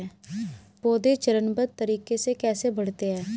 पौधे चरणबद्ध तरीके से कैसे बढ़ते हैं?